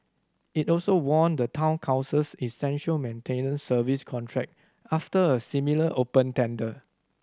it also won the Town Council's essential maintenance service contract after a similar open tender